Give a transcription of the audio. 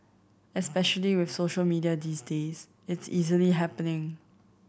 especially with social media these days it's easily happening